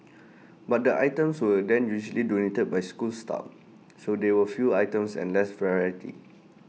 but the items were then usually donated by school staff so there were few items and less variety